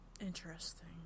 Interesting